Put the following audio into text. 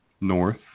north